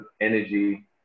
energy